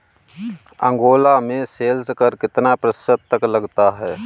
Angola में sales कर कितना प्रतिशत तक लगता है?